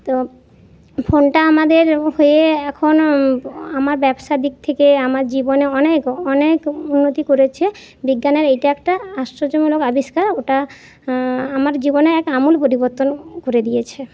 তো ফোনটা আমাদের হয়ে এখনো আমার ব্যবসার দিক থেকে আমার জীবনে অনেক অনেক উন্নতি করেছে বিজ্ঞানের এটি একটা আশ্চর্যমূলক আবিষ্কার ওটা আমার জীবনে এক আমূল পরিবর্তন করে দিয়েছে